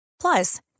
Plus